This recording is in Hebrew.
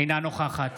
אינה נוכחת